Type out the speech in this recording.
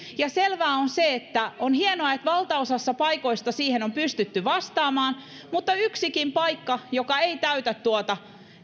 selvää on se että on hienoa että valtaosassa paikoista siihen on pystytty vastaamaan mutta yksikin paikka joka ei täytä tuota